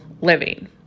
living